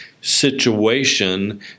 situation